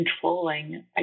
controlling